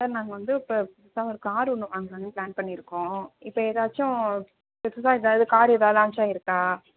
sir நாங்கள் வந்து இப்போ புதுசாக ஒரு காரு ஒன்று வங்கலாம்னு பிளான் பண்ணியிருக்கோம் இப்போ ஏதாச்சும் புதுசாக ஏதாவது காரு ஏதாவது லான்ச்சாயிருக்கா